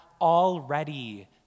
already